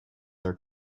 are